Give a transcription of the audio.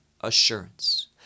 assurance